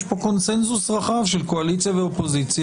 יש פה קונצנזוס רחב של קואליציה ואופוזיציה